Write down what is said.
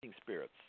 spirits